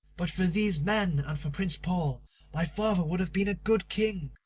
but for these men and for prince paul my father would have been a good king,